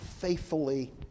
faithfully